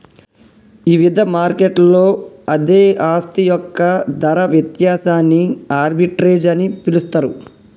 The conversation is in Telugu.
ఇవిధ మార్కెట్లలో అదే ఆస్తి యొక్క ధర వ్యత్యాసాన్ని ఆర్బిట్రేజ్ అని పిలుస్తరు